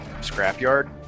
scrapyard